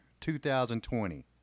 2020